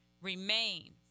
remain